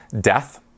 death